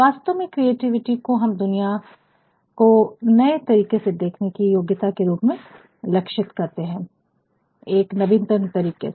वास्तव में क्रिएटिविटी को हम दुनिया को नए तरीके से देखने की योग्यता के रूप में लक्षित करते हैं एक नवीनतम तरीके से